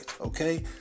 okay